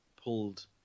pulled